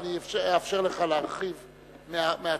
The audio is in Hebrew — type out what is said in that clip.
ואני אאפשר לך להרחיב מהצד.